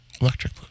Electric